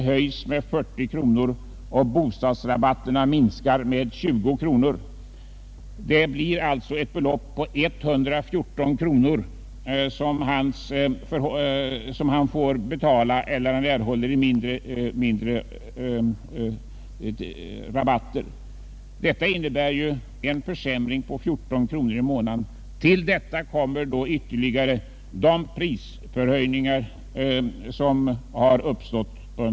Det är ganska uppenbart att vi inte i längden kan gä vidare på detta sätt.